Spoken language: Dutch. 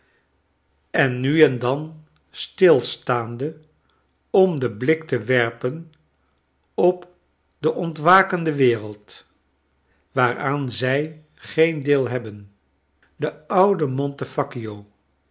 en nu en dan stilstaande om den blik te werpen op de ontwakende wereld waaraan zij geen deel hebben de oude monte